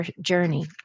journey